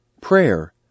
prayer